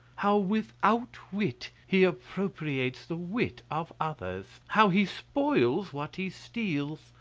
how, without wit, he appropriates the wit of others! how he spoils what he steals!